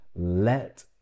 Let